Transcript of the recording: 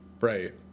Right